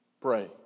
Pray